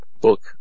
book